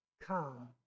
come